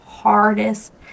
hardest